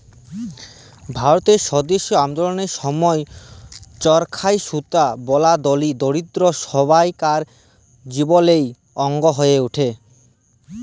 ভারতের স্বদেশী আল্দললের সময় চরখায় সুতা বলা ধলি, দরিদ্দ সব্বাইকার জীবলের অংগ হঁয়ে উঠে